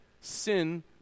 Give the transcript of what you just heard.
sin